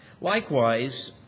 Likewise